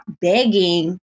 begging